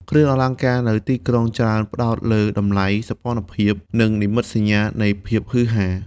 គ្រឿងអលង្ការនៅទីក្រុងច្រើនផ្តោតលើតម្លៃ សោភ័ណភាព និងនិមិត្តសញ្ញានៃភាពហ៊ឺហា។